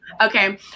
okay